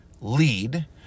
lead